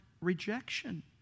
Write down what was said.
rejection